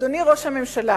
אדוני ראש הממשלה,